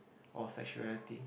or sexuality